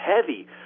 heavy